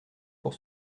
pour